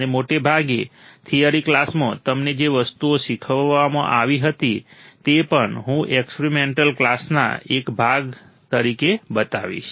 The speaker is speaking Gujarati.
અને મોટે ભાગે થિયરી ક્લાસમાં તમને જે વસ્તુઓ શીખવવામાં આવી હતી તે પણ હું એક્સપેરિમેન્ટલ ક્લાસોના એક ભાગ તરીકે બતાવીશ